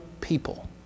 people